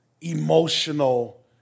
emotional